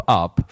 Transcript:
up